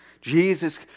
Jesus